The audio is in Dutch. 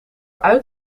uit